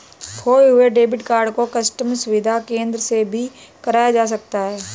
खोये हुए debit card को कस्टम सुविधा केंद्र से भी बंद कराया जा सकता है